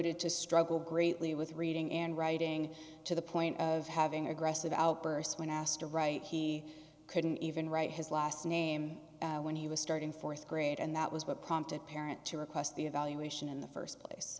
to struggle greatly with reading and writing to the point of having aggressive outbursts when asked to write he couldn't even write his last name when he was starting th grade and that was what prompted parent to request the evaluation in the st place